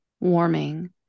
warming